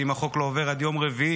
שאם החוק לא עובר עד יום רביעי,